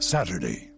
Saturday